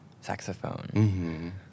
saxophone